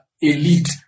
elite